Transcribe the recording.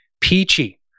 Peachy